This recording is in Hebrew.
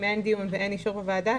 אם אין דיון ואין את אישור הוועדה,